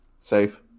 Safe